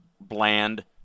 bland